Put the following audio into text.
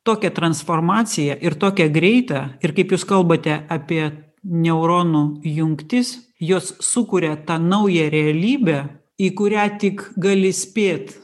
tokią transformaciją ir tokią greitą ir kaip jūs kalbate apie neuronų jungtis jos sukuria tą naują realybę į kurią tik gali spėt